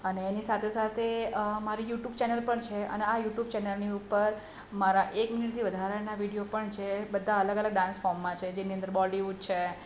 અને એની સાથે સાથે મારી યુટૂબ ચેનલ પણ છે અને આ યુટૂબ ચેનલની ઉપર મારા એક રીલથી વધારાના વીડિઓ પણ છે બધા અલગ અલગ ડાન્સ ફોર્મમાં છે જેની અંદર બોલિવૂડ છે